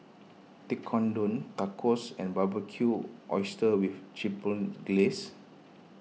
Tekkadon Tacos and Barbecued Oysters with Chipotle Glaze